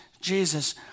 Jesus